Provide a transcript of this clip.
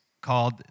called